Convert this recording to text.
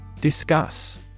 Discuss